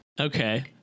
Okay